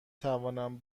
توانم